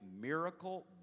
miracle